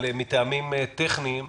אבל מטעמים טכניים